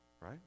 right